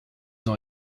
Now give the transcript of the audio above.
ont